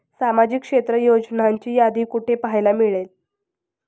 सामाजिक क्षेत्र योजनांची यादी कुठे पाहायला मिळेल?